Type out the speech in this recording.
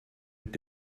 mit